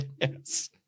Yes